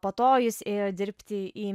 po to jis ėjo dirbti į